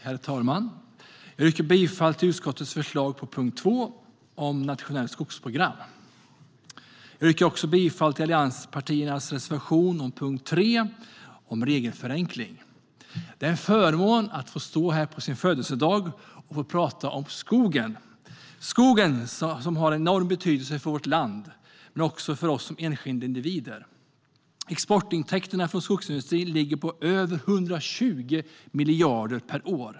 Herr talman! Jag yrkar bifall till utskottets förslag under punkt 2, om nationellt skogsprogram. Jag yrkar också bifall till allianspartiernas reservation under punkt 3, om regelförenkling. Det är en förmån för mig att få stå här på min födelsedag och tala om skogen. Skogen har en enorm betydelse för vårt land, men också för oss som enskilda individer. Exportintäkterna från skogsindustrin ligger på över 120 miljarder per år.